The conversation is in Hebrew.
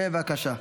בבקשה.